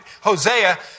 Hosea